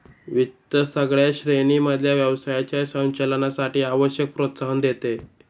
वित्त सगळ्या श्रेणी मधल्या व्यवसायाच्या संचालनासाठी आवश्यक प्रोत्साहन देते